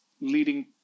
leading